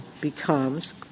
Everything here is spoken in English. becomes